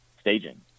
staging